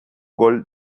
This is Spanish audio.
gol